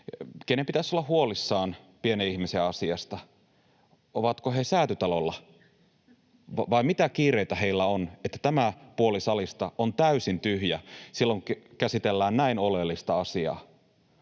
joiden pitäisi olla huolissaan pienen ihmisen asiasta. Ovatko he Säätytalolla, vai mitä sellaisia kiireitä heillä on, että tämä puoli salista on täysin tyhjä silloin, kun käsitellään näin oleellista asiaa?